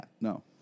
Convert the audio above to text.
No